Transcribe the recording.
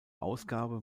ausgabe